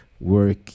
work